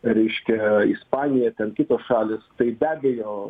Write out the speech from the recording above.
reiškia ispanija ten kitos šalys tai be abejo